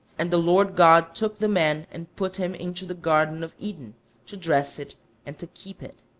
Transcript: and the lord god took the man and put him into the garden of eden to dress it and to keep it.